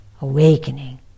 awakening